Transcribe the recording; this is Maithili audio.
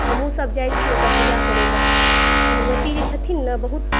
हमहुँ सभ जाइ छी ओतऽ पूजा करै ला भगवती जे छथिन ने बहुत